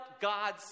God's